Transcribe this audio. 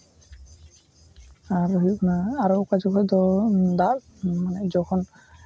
ᱟᱨ ᱦᱩᱭᱩᱜ ᱠᱟᱱᱟ ᱟᱨᱚ ᱚᱠᱟ ᱥᱮᱡ ᱠᱷᱚᱡ ᱫᱚ ᱫᱟᱜ ᱡᱚᱠᱷᱚᱱ